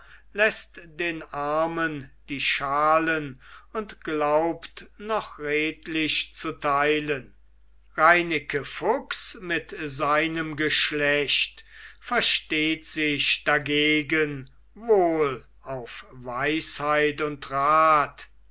läßt den armen die schalen und glaubt noch redlich zu teilen reineke fuchs mit seinem geschlecht versteht sich dagegen wohl auf weisheit und rat